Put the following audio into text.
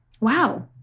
Wow